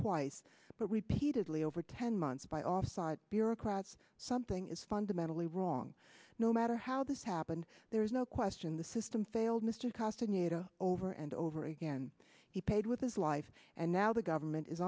twice but repeated lee over ten months by offside bureaucrats something is fundamentally wrong no matter how this happened there's no question the system failed mr costin uta over and over again he paid with his life and now the government is